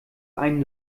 einen